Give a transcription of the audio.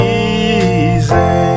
easy